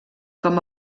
com